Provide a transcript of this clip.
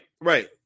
right